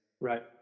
Right